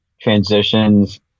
Transitions